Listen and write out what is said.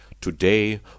Today